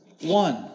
One